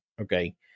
Okay